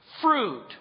fruit